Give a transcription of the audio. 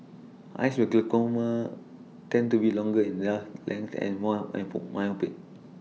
eyes with glaucoma tended to be longer in this length and more and for myopic